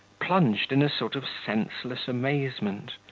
plunged in a sort of senseless amazement,